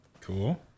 Cool